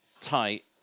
tight